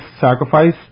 sacrifice